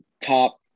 top